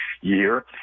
year